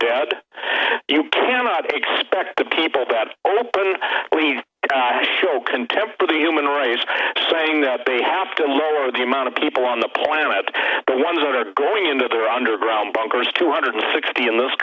dead you cannot expect the people that are open to show contempt for the human race saying that they have to lower the amount of people on the planet the ones that are going into their underground bunkers two hundred sixty in this